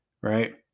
right